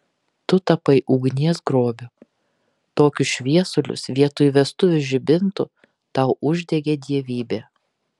tu tapai ugnies grobiu tokius šviesulius vietoj vestuvių žibintų tau uždegė dievybė